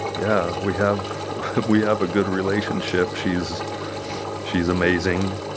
yeah. we have we have a good relationship. she's she's amazing.